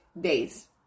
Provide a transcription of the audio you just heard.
Days